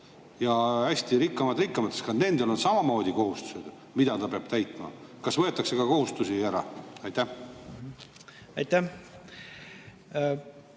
Ja hästi, rikkamad rikkamateks, aga nendel on samamoodi kohustused, mida peab täitma. Kas võetakse ka kohustusi ära? Aitäh!